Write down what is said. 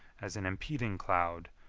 as an impending cloud,